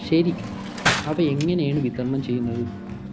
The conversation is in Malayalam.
ശരി അവ എങ്ങനെയാണ് വിതരണം ചെയ്യുന്നത്